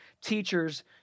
teachers